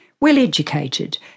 well-educated